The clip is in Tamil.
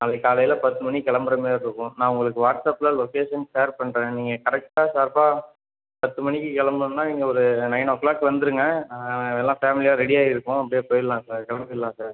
நாளைக்கு காலையில் பத்து மணிக்கு கிளம்புற மாரி இருக்கும் நான் உங்களுக்கு வாட்ஸ்ஆப்பில் லொக்கேஷன் ஷேர் பண்ணுறேன் நீங்கள் கரெக்டாக ஷார்ப்பாக பத்து மணிக்கு கிளம்புனோன்னா இங்கே ஒரு நையன் ஓ க்ளாக் வந்துடுங்க எல்லாம் ஃபேமிலியாக ரெடியாக இருப்போம் அப்படியே போயிடலாம் சார் கிளம்பிட்லாம் சார்